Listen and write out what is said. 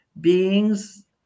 beings